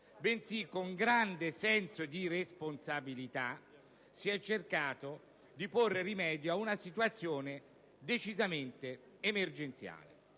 bensì, con grande senso di responsabilità, si è cercato di porre rimedio a una situazione decisamente emergenziale.